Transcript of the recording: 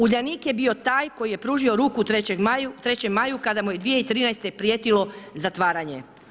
Uljanik je bio taj koji je pružio ruku Trećem Maju kada mu je 2013. prijetilo zatvaranje.